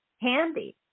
handy